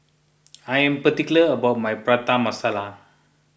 I am particular about my Prata Masala